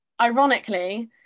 ironically